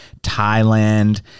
Thailand